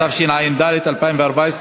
התשע"ד 2014,